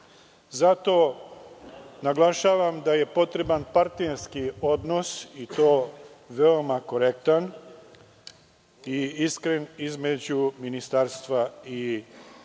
Zato, naglašavam da je potreban partnerski odnos i to veoma korektan i iskren između Ministarstva i visokog